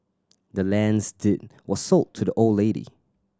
the land's deed was sold to the old lady